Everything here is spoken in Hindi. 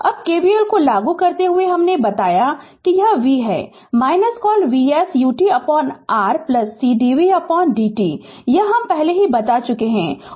Refer Slide Time 0212 अब KVL को लागू करते हुए हमने बताया कि यह v है -कॉल Vs utR c dvdt यह हम पहले ही बता चुक़े है